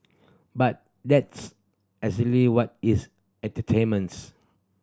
but that's exactly what it's entertainments